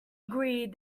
agreed